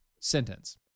sentence